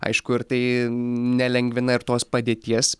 aišku ir tai nelengvina ir tos padėties